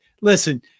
listen